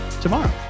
tomorrow